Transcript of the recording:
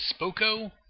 Spoko